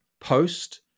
post